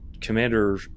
Commander